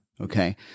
Okay